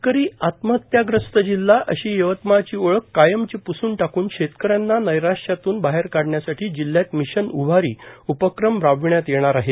शेतकरी आत्महत्याग्रस्त जिल्हा अशी यवतमाळची ओळख कायमची प्सून टाकून शेतकऱ्यांना नैराश्यातून बाहेर काढण्यासाठी जिल्ह्यात मिशन उभारी उपक्रम राबवण्यात येणार आहे